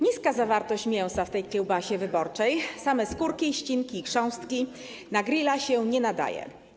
Niska zawartość mięsa w tej kiełbasie wyborczej, same skórki, ścinki i chrząstki, na grilla się nie nadaje.